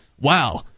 wow